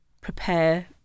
prepare